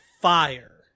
fire